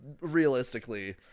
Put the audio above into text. realistically